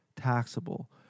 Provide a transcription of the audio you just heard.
taxable